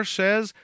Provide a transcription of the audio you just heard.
says